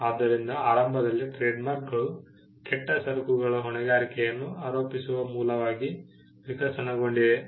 ಆದ್ದರಿಂದ ಆರಂಭದಲ್ಲಿ ಟ್ರೇಡ್ಮಾರ್ಕ್ಗಳು ಕೆಟ್ಟ ಸರಕುಗಳ ಹೊಣೆಗಾರಿಕೆಯನ್ನು ಆರೋಪಿಸುವ ಮೂಲವಾಗಿ ವಿಕಸನಗೊಂಡಿವೆ